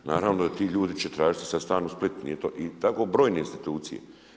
Naravno da ti ljudi će tražiti sad stan u Splitu nije to i tako brojne institucije.